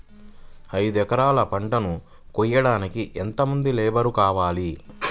ఐదు ఎకరాల పంటను కోయడానికి యెంత మంది లేబరు కావాలి?